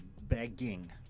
begging